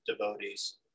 devotees